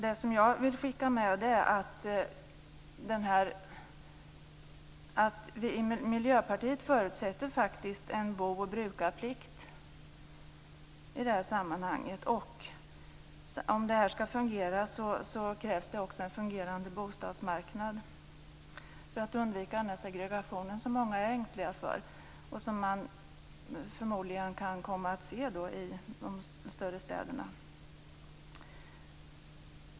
Det som jag vill skicka med är att Miljöpartiet förutsätter en bo och brukarplikt i detta sammanhang. Om det hela skall fungera krävs det också en fungerande bostadsmarknad för att undvika den segregation som många är ängsliga för och som man förmodligen kan komma att se i de större städerna.